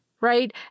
right